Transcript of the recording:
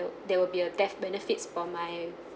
there will be a death benefits for my